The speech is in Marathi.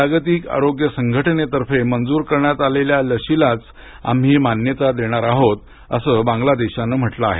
जागतिक आरोग्य संघटने तर्फे मंजूर करण्यात आलेल्या लशिलाच आम्ही मान्यता देणार आहोत असं बांगलादेशांन म्हटलं आहे